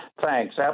Thanks